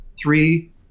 three